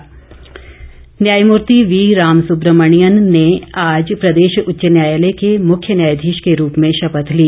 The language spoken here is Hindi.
शपथ न्यायमूर्ति वी रामसुब्रमणियन ने आज प्रदेश उच्च न्यायालय के मुख्य न्यायधीश के रूप में शपथ ली